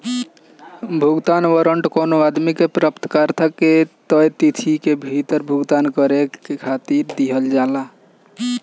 भुगतान वारंट कवनो आदमी के प्राप्तकर्ता के तय तिथि के भीतर भुगतान करे खातिर दिहल जाला